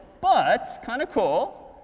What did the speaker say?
but kind of cool.